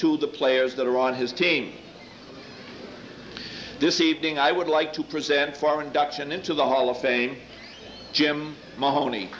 to the players that are on his team this evening i would like to present for induction into the hall of fame jim mahoney